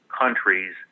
countries